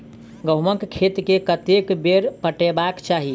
गहुंमक खेत केँ कतेक बेर पटेबाक चाहि?